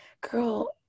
girl